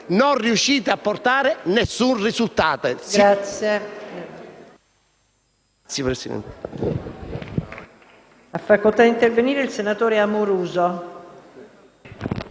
non riuscite a portare alcun risultato.